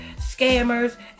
scammers